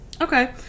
okay